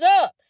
up